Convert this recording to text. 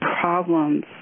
problems